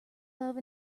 love